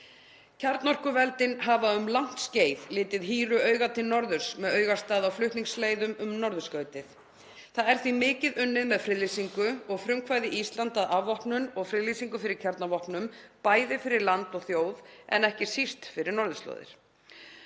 Kjarnorkuveldin hafa um langt skeið litið hýru auga til norðurs með augastað á flutningsleiðum um norðurskautið. Það er því mikið unnið með friðlýsingu og frumkvæði Íslands að afvopnun og friðlýsingu fyrir kjarnorkuvopnum, bæði fyrir land og þjóð en ekki síst fyrir norðurslóðir.